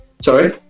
Sorry